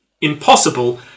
impossible